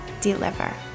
deliver